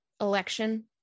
election